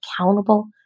accountable